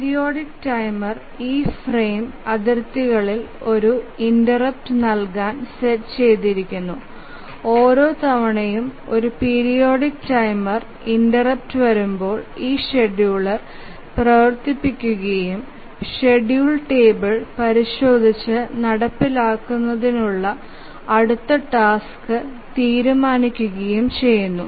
periodic timer ഈ frame അതിർത്തികളിൽ ഒരു ഇന്റെര്പ്ട് നൽകാൻ സെറ്റ് ചെയ്തിരിക്കുന്നു ഓരോ തവണയും ഒരു പീരിയോഡിക് ടൈമർ ഇന്ററപ്റ്റ് വരുമ്പോൾ ഈ ഷെഡ്യൂളർ പ്രവർത്തിക്കുകയും ഷെഡ്യൂൾ ടേബിൾ പരിശോധിച്ച് നടപ്പിലാക്കുന്നതിനുള്ള അടുത്ത ടാസ്ക് തീരുമാനിക്കുകയും ചെയ്യുന്നു